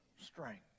strength